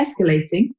escalating